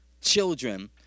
children